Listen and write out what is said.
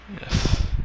Yes